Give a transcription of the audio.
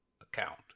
account